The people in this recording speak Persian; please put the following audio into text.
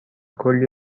کلی